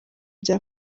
bya